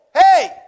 Hey